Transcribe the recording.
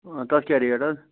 تَتھ کیٛاہ ریٹ اَز